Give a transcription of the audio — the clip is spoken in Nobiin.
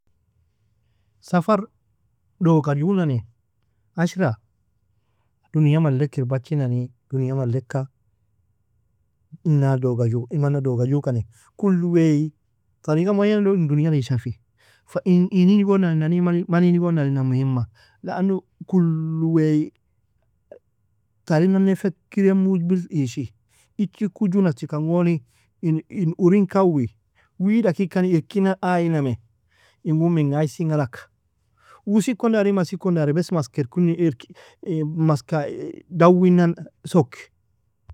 Safar doga junani ashra, dunia malleka iribachi nani, dunia malleka ina doga juu mana doga jukani, kulu wea tariga muayan log in dunial ishafi, fa ini ni gon nanni mani ni gon nalinan muhimma, lano kulu wea tarin nannea fekirn mujbil ishi, ichi ku ju nachikan goni in urin kauwe, wida kik kani irkina ayname, ingun menga isin galaka, uosi kon dari mas ikon dari besi mask maska dawina soki.